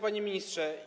Panie Ministrze!